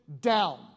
down